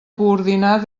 coordinar